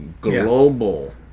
global